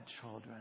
children